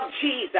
Jesus